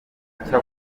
gucya